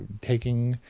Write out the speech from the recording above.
taking